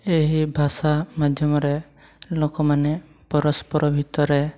ଏହି ଭାଷା ମାଧ୍ୟମରେ ଲୋକମାନେ ପରସ୍ପର ଭିତରେ